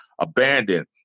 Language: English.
abandoned